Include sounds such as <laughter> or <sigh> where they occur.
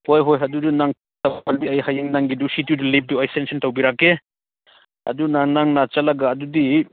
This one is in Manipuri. ꯍꯣꯏ ꯍꯣꯏ ꯑꯗꯨꯗꯤ ꯅꯪ <unintelligible> ꯑꯩ ꯍꯌꯦꯡ ꯅꯪꯒꯤꯗꯨ ꯁꯨꯇꯤꯗꯨ ꯂꯤꯞꯇꯨ ꯑꯩ ꯁꯦꯡꯁꯟ ꯇꯧꯕꯤꯔꯛꯀꯦ ꯑꯗꯨꯅ ꯅꯪꯅ ꯆꯠꯂꯒ ꯑꯗꯨꯗꯤ